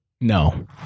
No